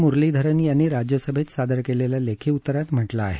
म्रलीधरन यांनी राज्यसभेत सादर केलेल्या लेखी उतरात म्हटलं आहे